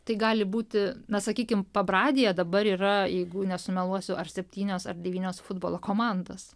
tai gali būti na sakykim pabradėje dabar yra jeigu nesumeluosiu ar septynios ar devynios futbolo komandos